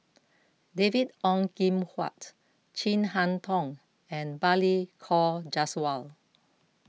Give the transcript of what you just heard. David Ong Kim Huat Chin Harn Tong and Balli Kaur Jaswal